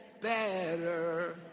better